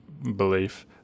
belief